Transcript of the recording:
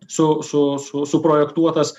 su su su suprojektuotas